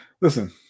Listen